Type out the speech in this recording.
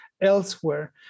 elsewhere